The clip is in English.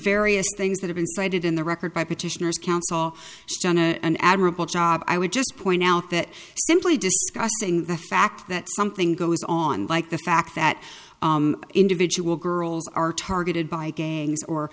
various things that have been cited in the record by petitioners counsel done an admirable job i would just point out that simply discussing the fact that something goes on like the fact that individual girls are targeted by gangs or